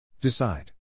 decide